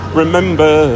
remember